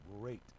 great